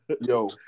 Yo